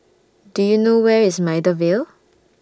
Do YOU know Where IS Maida Vale